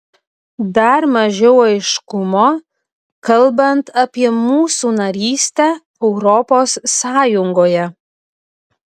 dar mažiau aiškumo kalbant apie mūsų narystę europos sąjungoje